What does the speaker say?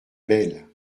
belle